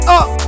up